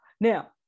Now